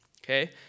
Okay